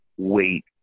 Wait